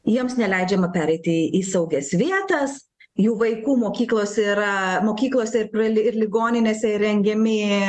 jiems neleidžiama pereiti į saugias vietas jų vaikų mokyklos yra mokyklose ir prali ir ligoninėse rengiami